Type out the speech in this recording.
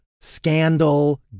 scandal